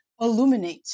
illuminate